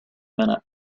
minute